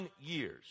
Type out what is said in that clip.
years